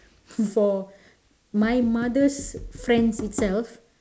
for my mother's friends itself